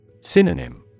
Synonym